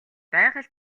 байгаль